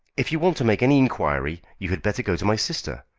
if you want to make any inquiry you had better go to my sister.